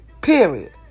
Period